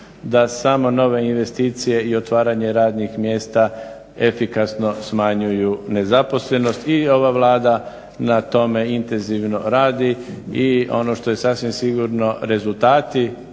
da samo nove investicije i otvaranje radnih mjesta efikasno smanjuju nezaposlenost i ova Vlada na tome intenzivno radi i ono što je sasvim sigurno, rezultati